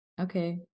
Okay